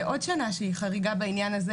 ועוד שנה שהיא חריגה בעניין הזה,